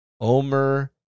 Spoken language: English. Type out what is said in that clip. Omer